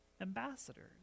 ambassadors